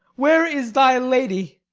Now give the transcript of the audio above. where is thy lady?